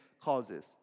causes